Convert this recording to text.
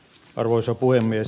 arvoisa puhemies